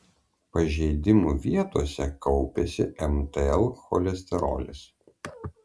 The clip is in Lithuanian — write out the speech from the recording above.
pažeidimų vietose kaupiasi mtl cholesterolis